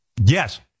Yes